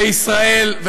לישראל,